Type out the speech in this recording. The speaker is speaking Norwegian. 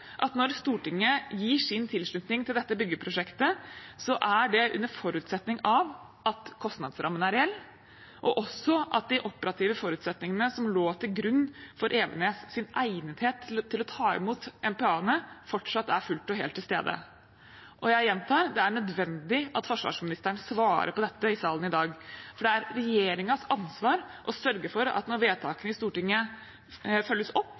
at når Stortinget gir sin tilslutning til dette byggeprosjektet, er det under forutsetning av at kostnadsrammen er reell, og at de operative forutsetningene som lå til grunn for Evenes’ egnethet til å ta imot MPA-ene, fortsatt er fullt og helt til stede. Jeg gjentar: Det er nødvendig at forsvarsministeren svarer på dette i salen i dag, for det er regjeringens ansvar å sørge for at når vedtakene i Stortinget følges opp,